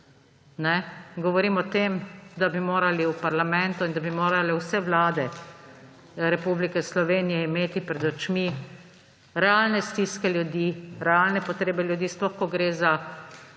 Govorim o tem, da bi morali v parlamentu in da bi morale vse vlade Republike Slovenije imeti pred očmi realno stiske ljudi, realne potrebe ljudi, sploh, ko gre za